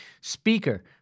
Speaker